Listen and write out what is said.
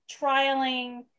trialing